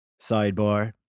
Sidebar